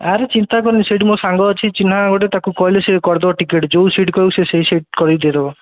ଆରେ ଚିନ୍ତା କରେନି ସେଇଠି ମୋ ସାଙ୍ଗ ଅଛି ଚିନ୍ହା ଗୋଟେ ତା'କୁ କହିଲେ ସେ କରିଦେବ ଟିକେଟ୍ ଯୋଉ ସିଟ୍ କହିବୁ ସେ ସେଇ ସିଟ୍ କରିକି ଦେଇଦେବ